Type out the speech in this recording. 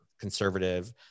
conservative